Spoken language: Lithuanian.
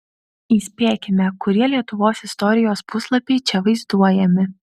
įspėkime kurie lietuvos istorijos puslapiai čia vaizduojami